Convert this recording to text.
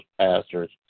pastors